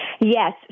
Yes